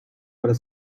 but